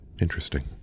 Interesting